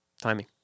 Timing